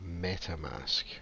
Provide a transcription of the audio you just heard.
MetaMask